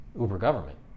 uber-government